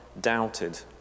doubted